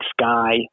Sky